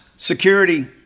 Security